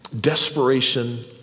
Desperation